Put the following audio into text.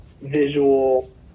visual